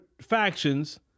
factions